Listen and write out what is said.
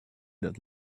that